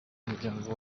muryango